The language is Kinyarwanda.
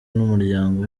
n’umuryango